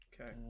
Okay